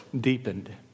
deepened